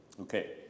Okay